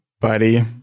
buddy